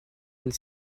une